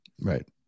Right